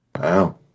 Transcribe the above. Wow